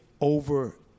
over